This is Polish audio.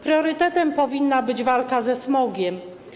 Priorytetem powinna być walka ze smogiem.